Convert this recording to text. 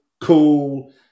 cool